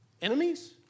Enemies